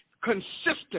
consistent